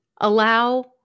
allow